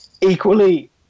Equally